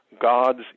God's